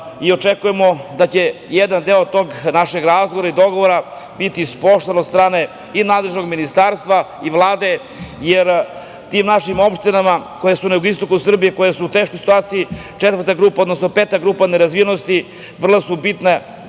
i očekujemo da će jedan deo tog našeg razgovora i dogovora biti ispoštovan od strane i nadležnog ministarstva i Vlade, jer tim našim opštinama koje su na jugoistoku Srbije, koje su u teškoj situaciji, peta grupa nerazvijenosti, vrlo im je bitna